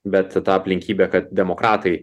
bet ta aplinkybė kad demokratai